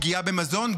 פגיעה במזון,